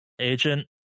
Agent